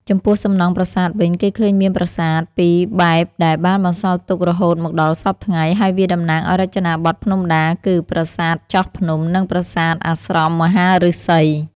ចំពោះសំណង់ប្រាសាទវិញ គេឃើញមានប្រាសាទ ពីរបែបដែលបានបន្សល់ទុករហូតមកដល់សព្វថ្ងៃ ហើយវាតំណាងឱ្យរចនាបថភ្នំដា គឺ ប្រាសាទចោះភ្នំ និងប្រាសាទអាស្រមមហាឫសី។